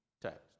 text